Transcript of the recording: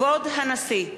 כבוד הנשיא!